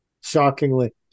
Shockingly